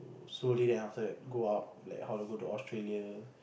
to slowly then after that go up like how to go Australia